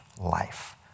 life